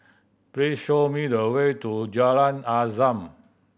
please show me the way to Jalan Azam